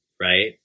right